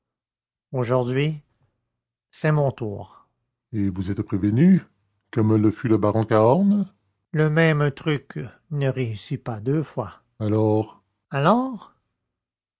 aujourd'hui c'est mon tour et vous êtes prévenu comme le fut le baron cahorn le même truc ne réussit pas deux fois alors alors alors